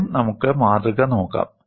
ആദ്യം നമുക്ക് മാതൃക നോക്കാം